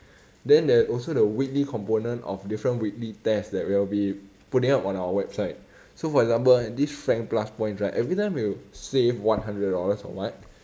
then there is also the weekly component of different weekly test that we will be putting up on our website so for example this frank plus points right every time we will save one hundred dollars or what